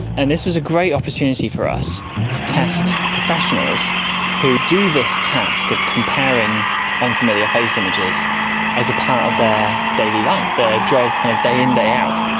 and this was a great opportunity for us to test professionals who do this task of comparing unfamiliar face images as a part of their daily life, their job kind of day in, day out.